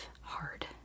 hard